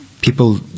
people